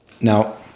now